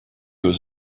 was